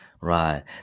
Right